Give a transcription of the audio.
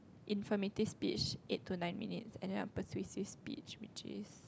informative speech eight to nine minutes and then persuasive speech which is